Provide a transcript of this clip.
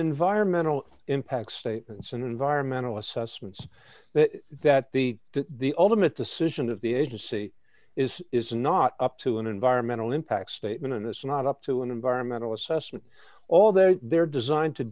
environmental impact statements and environmental assessments that that they that the ultimate decision of the agency is is not up to an environmental impact statement and it's not up to an environmental assessment although they're designed to